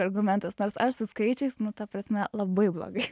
argumentas nors aš su skaičiais nu ta prasme labai blogai